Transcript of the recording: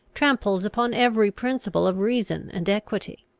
tramples upon every principle of reason and equity.